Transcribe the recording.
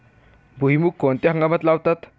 भुईमूग कोणत्या हंगामात लावतात?